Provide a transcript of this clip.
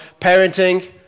Parenting